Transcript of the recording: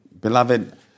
Beloved